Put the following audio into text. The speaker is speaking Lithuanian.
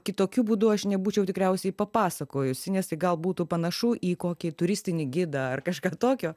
kitokiu būdu aš nebūčiau tikriausiai papasakojusi nes gal būtų panašu į kokį turistinį gidą ar kažką tokio